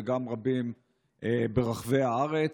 וגם רבים ברחבי הארץ.